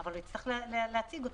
אבל הוא יצטרך להציג אותו.